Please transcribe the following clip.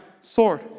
sword